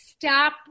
Stop